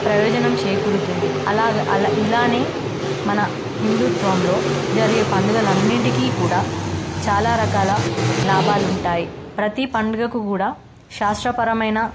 ప్రయోజనం చేకూరుతుంది అలాగా ఇలానే మన హిందుత్వంలో జరిగే పండగల అన్నింటికీ కూడా చాలా రకాల లాభాలు ఉంటాయి ప్రతీ పండుగకు కూడా శాస్త్రపరమైన